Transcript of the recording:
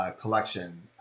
collection